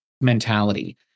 mentality